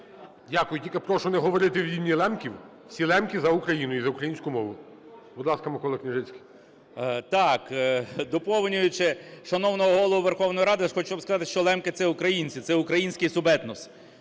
Дякую. Тільки прошу не говорити від імені лемків. Всі лемки за Україну і за українську мову. Будь ласка, Микола Княжицький. 16:10:00 КНЯЖИЦЬКИЙ М.Л. Так, доповнюючи шановного Голову Верховної Ради, хочу вам сказати, що лемки – це українці, це український субетнос.